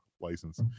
license